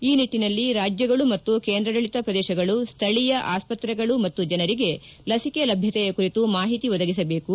ಈ ನಿಟ್ಟನಲ್ಲಿ ರಾಜ್ಯಗಳು ಮತ್ತು ಕೇಂದ್ರಾಡಳತ ಪ್ರದೇಶಗಳು ಸ್ವಳಿಯ ಆಸ್ಪತ್ತೆಗಳು ಮತ್ತು ಜನರಿಗೆ ಲಸಿಕೆ ಲಭ್ಞತೆಯ ಕುರಿತು ಮಾಹಿತಿ ಒದಗಿಸಬೇಕು